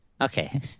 Okay